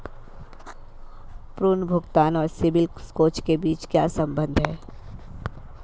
पुनर्भुगतान और CIBIL score के बीच क्या संबंध है?